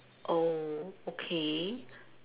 oh okay